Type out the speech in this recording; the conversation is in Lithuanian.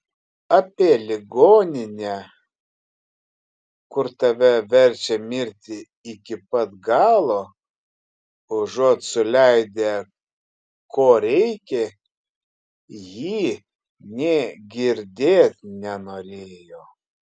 apie ligoninę kur tave verčia mirti iki pat galo užuot suleidę ko reikia ji nė girdėt nenorėjo